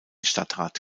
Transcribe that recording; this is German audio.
stadtrat